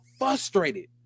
frustrated